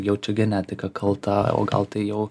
jaučiu genetika kalta o gal tai jau